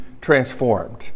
transformed